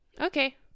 Okay